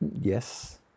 Yes